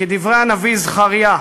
כדברי הנביא זכריה: